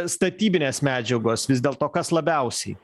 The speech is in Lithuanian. statybinės medžiagos vis dėlto kas labiausiai